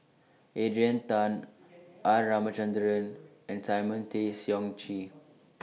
Adrian Tan R Ramachandran and Simon Tay Seong Chee